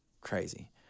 crazy